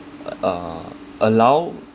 uh allow